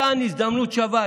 מתן הזדמנות שווה,